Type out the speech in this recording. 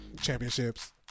championships